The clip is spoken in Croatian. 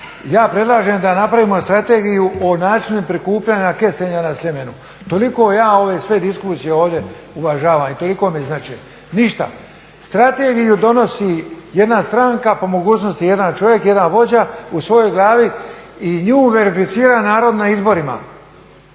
Ja predlažem da napravimo strategiju o načinu prikupljanja kestenja na Sljemenu. Toliko ja ove sve diskusije ovdje uvažavam i toliko mi znače. Ništa! Strategiju donosi jedna stranka, po mogućnosti jedan čovjek, jedan vođa u svojoj glavi i nju verificira narod na izborima,